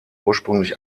ursprünglich